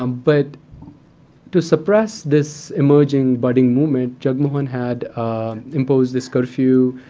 um but to suppress this emerging, budding movement, jagmohan had imposed this curfew,